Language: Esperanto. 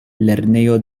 lernejo